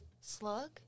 slug